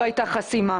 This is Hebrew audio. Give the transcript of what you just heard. לא הייתה חסימה.